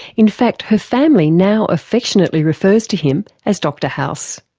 in fact, her family now affectionately refers to him as dr house.